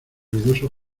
ruidoso